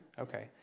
Okay